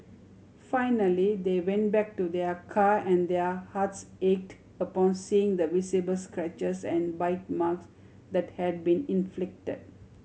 finally they went back to their car and their hearts ache upon seeing the visible scratches and bite marks that had been inflicted